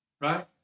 Right